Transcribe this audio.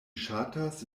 ŝatas